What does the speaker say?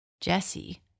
Jesse